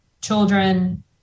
children